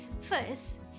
First